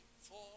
four